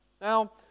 Now